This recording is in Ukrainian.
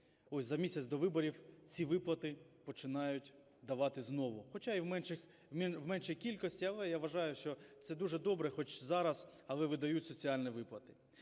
за місяць до виборів, ці виплати починають давати знову, хоча і в меншій кількості. Але я вважаю, що це дуже добре, хоч зараз, але видають соціальні виплати.